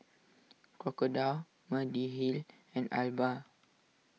Crocodile Mediheal and Alba